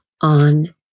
on